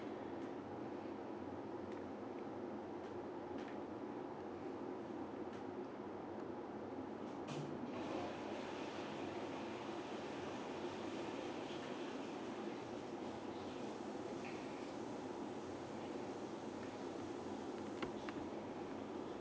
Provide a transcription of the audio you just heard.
okay mm mm